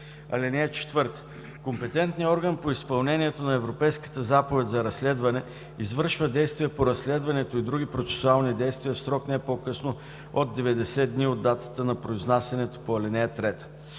орган. (4) Компетентният орган по изпълнението на Европейската заповед за разследване извършва действия по разследването и други процесуални действия в срок не по-късно от 90 дни от датата на произнасяне по ал. 3.